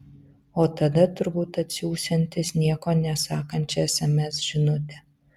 o tada turbūt atsiųsiantis nieko nesakančią sms žinutę